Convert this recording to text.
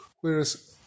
Whereas